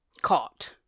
caught